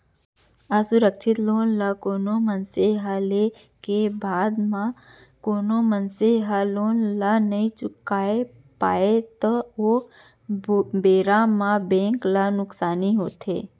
असुरक्छित लोन ल कोनो मनसे ह लेय के बाद म कोनो मनसे ह लोन ल नइ चुकावय पावय त ओ बेरा म बेंक ल नुकसानी होथे